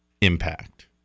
Impact